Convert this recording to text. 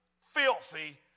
filthy